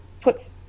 puts